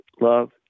love